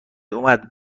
اومد